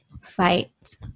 Fight